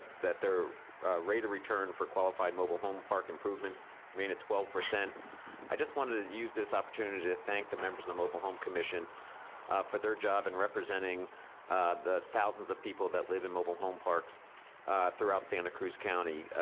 that their rate of return for qualified mobile home park improvements remain at twelve. i just wanted to use this opportunity to thank the members of the mobile home commission for their job in representing the thousands of people that live in mobile home parks throughout santa cruz county.